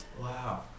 Wow